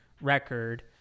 record